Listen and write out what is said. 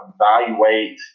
evaluate